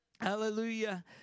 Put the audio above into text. Hallelujah